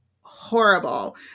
horrible